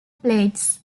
plates